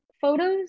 photos